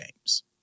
games